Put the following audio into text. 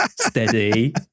steady